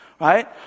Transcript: right